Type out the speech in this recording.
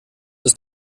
ist